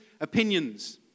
opinions